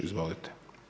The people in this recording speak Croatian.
Izvolite.